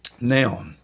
Now